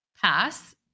pass